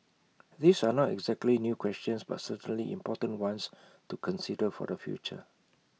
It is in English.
these are not exactly new questions but certainly important ones to consider for the future